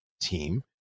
team